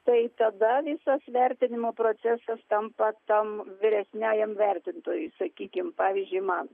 tai tada visas vertinimo procesas tampa tam vyresniajam vertintojui sakykim pavyzdžiui man